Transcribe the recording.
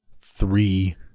three